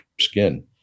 skin